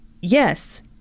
yes